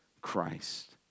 Christ